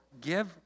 give